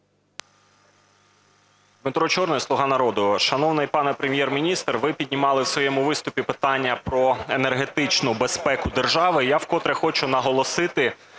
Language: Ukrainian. Дмитро Чорний, "Слуга народу". Шановний пане Прем'єр-міністр, ви піднімали у своєму виступі питання про енергетичну безпеку держави. Я вкотре хочу наголосити